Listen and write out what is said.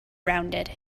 rounded